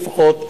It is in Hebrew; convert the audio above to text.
לפחות,